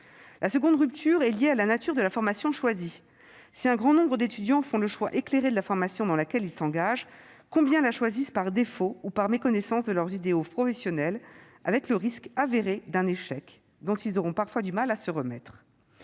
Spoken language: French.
La seconde rupture est liée à la nature de la formation choisie. Si un grand nombre d'étudiants font le choix éclairé de la formation dans laquelle ils s'engagent, combien la choisissent par défaut ou par méconnaissance de leurs idéaux professionnels, avec le risque avéré d'un échec, dont ils auront parfois du mal à se remettre ?